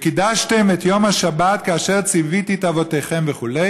"וקדשתם את יום השבת כאשר צויתי את אבותיכם" וכו',